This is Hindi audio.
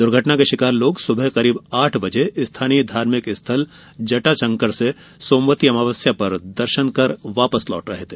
दुर्घटना के शिकार लोग सुबह करीब आठ बजे स्थानीय धार्मिक स्थल जटाशंकर से सोमवती अमावस्या पर दर्शन कर वापस आ रहे थे